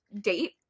date